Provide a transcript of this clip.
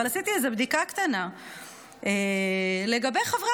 אבל עשיתי איזו בדיקה קטנה לגבי חברי